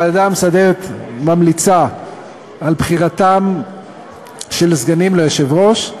הוועדה המסדרת ממליצה על בחירת סגנים ליושב-ראש.